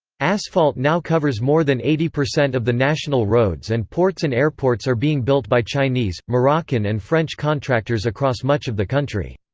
asphalt now covers more than eighty percent of the national roads and ports and airports are being built by chinese, moroccan and french contractors across much of the country.